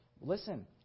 listen